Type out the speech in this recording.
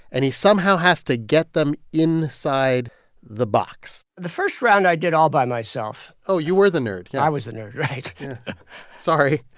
and he somehow has to get them inside the box the first round i did all by myself oh, you were the nerd yeah i was the nerd, right sorry.